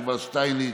יובל שטייניץ,